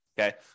okay